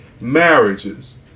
marriages